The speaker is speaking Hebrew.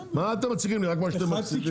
מה אתם מציגים לי רק את מה שאתם מפסידים.